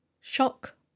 Shock